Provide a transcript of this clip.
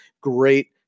Great